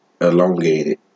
Elongated